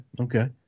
okay